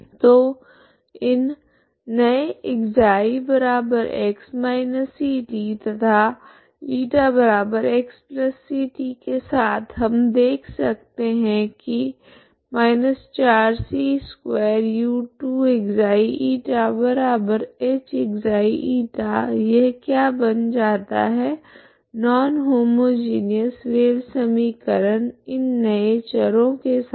तो इन नए ξx−ct तथा ηxct के साथ हम देख सकते है की −4c2u2ξ ηhξη यह क्या बन जाता है नॉन होमोजिनिऔस वेव समीकरण इन नए चरों के साथ